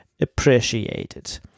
appreciated